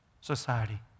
society